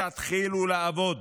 תתחילו לעבוד,